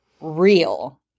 real